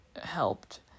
helped